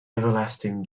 everlasting